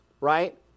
right